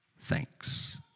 thanks